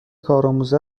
کارآموز